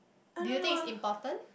do you think it's important